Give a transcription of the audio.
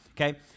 Okay